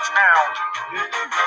town